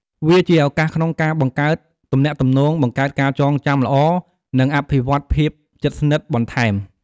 វាជាឱកាសក្នុងការបង្កើតទំនាក់ទំនង បង្កើតការចងចាំល្អ និងអភិវឌ្ឍភាពជិតស្និទ្ធបន្ថែម។